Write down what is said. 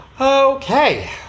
okay